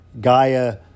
Gaia